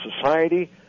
society